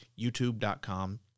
YouTube.com